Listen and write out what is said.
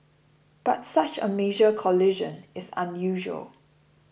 but such a major collision is unusual